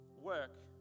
work